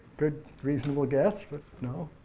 good, reasonable guess, but no.